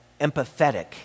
empathetic